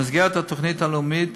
במסגרת התוכנית הלאומית